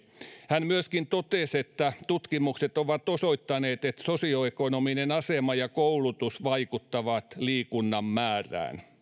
hän myöskin totesi että tutkimukset ovat osoittaneet että sosioekonominen asema ja koulutus vaikuttavat liikunnan määrään